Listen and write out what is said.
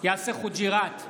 יאסר חוג'יראת,